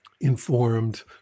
informed